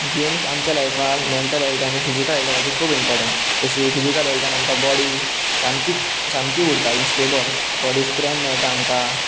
games आमच्या लायफान mental health आनी फिजीकल हेल्थ खातीर खूब इंपोर्टंट जशी फिजिकल हेल्थान आमकां बॉडी सामकी सामकी उरता इंस्टेबल बॉडी स्ट्रँथ मेळटा आमकां